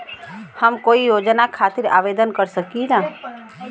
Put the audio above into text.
हम कोई योजना खातिर आवेदन कर सकीला?